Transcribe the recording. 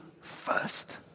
first